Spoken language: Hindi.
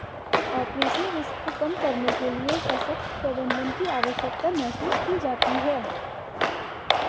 ऑपरेशनल रिस्क को कम करने के लिए सशक्त प्रबंधन की आवश्यकता महसूस की जाती है